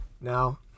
now